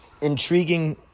intriguing